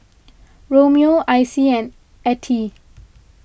Romeo Icey and Ettie